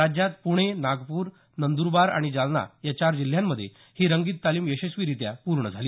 राज्यात प्णे नागपूर नंदूरबार आणि जालना या चार जिल्ह्यांमध्ये ही रंगीत तालीम यशस्वीरित्या पूर्ण झाली